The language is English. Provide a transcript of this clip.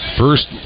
First